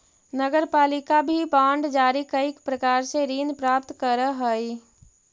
नगरपालिका भी बांड जारी कईक प्रकार से ऋण प्राप्त करऽ हई